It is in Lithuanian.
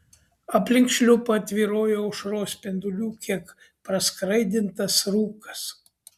aplink šliupą tvyrojo aušros spindulių kiek praskaidrintas rūkas